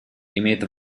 имеет